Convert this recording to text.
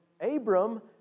Abram